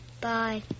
bye